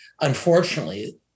unfortunately